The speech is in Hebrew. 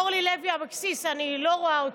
זה לא אפשרי.